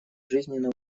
жизненно